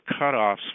cutoffs